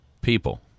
people